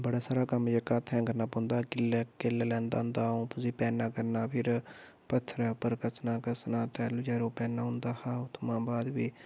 बड़ा सारा कम्म जेह्का ह'त्थें करना पौंदा किल्ले किल्ल लैंदा होंदा अ'ऊं उसी पैना करना फिर पत्थरें उप्पर घस्सना घस्सना तैलूं जेल्लै ओह् पैना होंदा हा उत्थुआं बाद भी